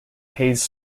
hayes